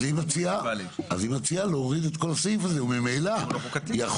היא מציעה להוריד את כל הסעיף הזה וממילא יחולו.